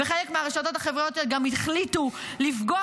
וחלק מהרשתות החברתיות גם החליטו לפגוע